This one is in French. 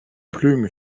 plume